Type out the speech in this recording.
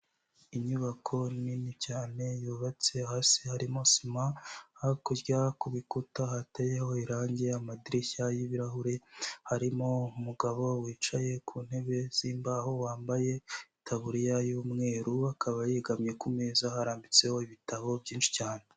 Inyubako nini cyane yubatse hasi harimo sima, hakurya ku bikuta hateyeho irangi, amadirishya y'ibirahure. Harimo umugabo wicaye ku ntebe zimbaho, wambaye itaburiya y'umweru, akaba yegamye ku meza harambitseho ibitabo byinshi cyane.